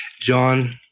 John